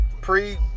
pre